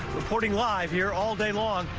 reporting live here all day long.